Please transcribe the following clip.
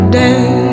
day